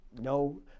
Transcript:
no